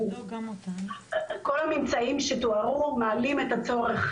כל הממצאים שתוארו מעלים את הצורך